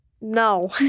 No